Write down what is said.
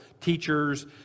teachers